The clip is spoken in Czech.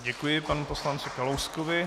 Děkuji panu poslanci Kalouskovi.